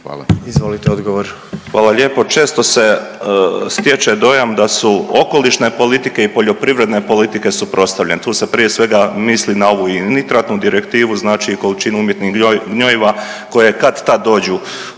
Mario (HDZ)** Hvala lijepo. Često se stječe dojam da su okolišne politike i poljoprivredne politike suprotstavljene. Tu se prije svega misli na ovu i nitratnu direktivu, znači i količinu umjetnih gnojiva koje kad-tad dođu